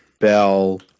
Bell